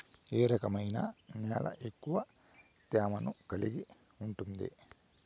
ఏ రకమైన నేల ఎక్కువ తేమను కలిగి ఉంటుంది?